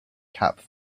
cap